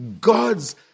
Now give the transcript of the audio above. God's